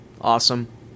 Awesome